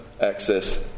access